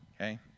okay